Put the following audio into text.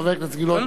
חבר הכנסת גילאון,